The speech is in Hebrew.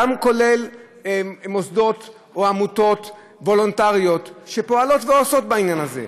גם כולל מוסדות או עמותות וולונטריות שפועלות ועושות בעניין הזה,